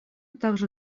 также